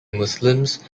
muslims